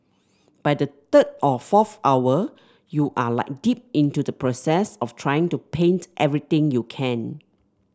by the third or fourth hour you are like deep into the process of trying to paint everything you can